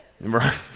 Right